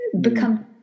become